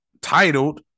titled